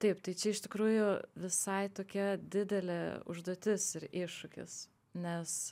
taip tai čia iš tikrųjų visai tokia didelė užduotis ir iššūkis nes